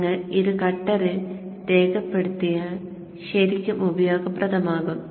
നിങ്ങൾ ഇത് കട്ടറിൽ രേഖപ്പെടുത്തിയാൽ ശരിക്കും ഉപയോഗപ്രദമാകും